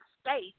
state